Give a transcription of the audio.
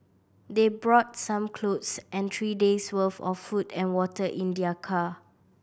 they brought some clothes and three days' worth of food and water in their car